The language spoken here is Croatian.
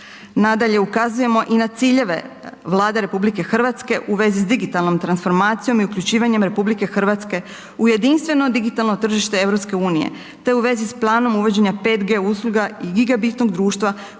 Nadalje, ukazujemo i na ciljeve Vlade RH u vezi s digitalnom transformacijom i uključivanjem RH u jedinstveno digitalno tržište EU-a te u vezi s planom uvođenja 5G usluga i gigabitom društva